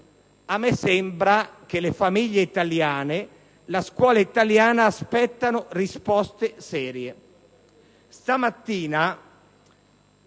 A me sembra che le famiglie e la scuola italiana aspettino risposte serie.